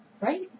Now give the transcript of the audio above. Right